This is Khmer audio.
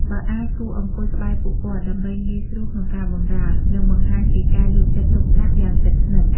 បើអាច គួរអង្គុយក្បែរពួកគាត់ ដើម្បីងាយស្រួលក្នុងការបម្រើ និងបង្ហាញពីការយកចិត្តទុកដាក់យ៉ាងជិតស្និទ្ធ។